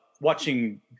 watching